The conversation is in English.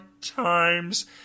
times